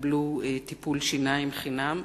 יקבלו טיפול שיניים חינם.